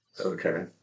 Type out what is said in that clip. Okay